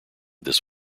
this